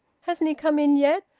hasn't he come in yet?